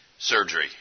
Surgery